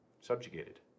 subjugated